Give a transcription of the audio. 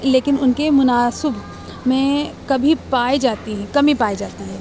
لیکن ان کے مناسب میں کبھی پائے جاتی ہیں کمی پائے جاتی ہے